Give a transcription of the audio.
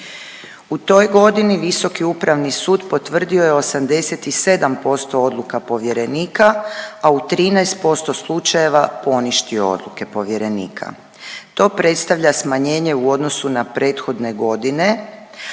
U toj godini Visoki upravni sud potvrdio je 87% odluka povjerenika, a u 13% slučajeva poništio odluke povjerenika. To predstavlja smanjenje u odnosu na prethodne godine,